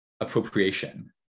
appropriation